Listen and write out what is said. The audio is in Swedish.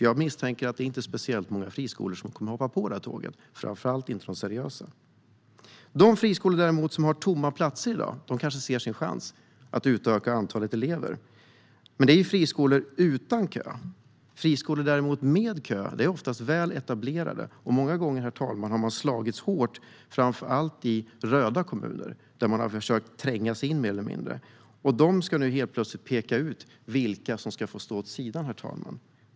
Jag misstänker att det inte är speciellt många friskolor som kommer att hoppa på det här tåget, framför allt inte de seriösa. De friskolor som däremot har tomma platser i dag kanske ser sin chans att öka antalet elever. Men det är friskolor utan kö. Friskolor med kö är däremot oftast väl etablerade, och många gånger har de, herr talman, slagits hårt, framför allt i röda kommuner, där de mer eller mindre har försökt tränga sig in. De ska nu helt plötsligt peka ut vilka som ska få stå åt sidan.